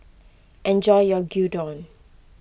enjoy your Gyudon